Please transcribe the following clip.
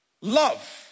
Love